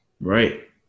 Right